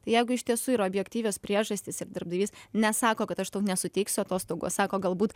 jeigu iš tiesų yra objektyvios priežastys ir darbdavys nesako kad aš tau nesuteiks atostogų o sako galbūt